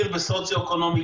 עיריית תל אביב,